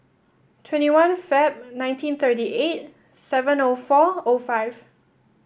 twenty one Feb nineteen thirty eight seven O four O five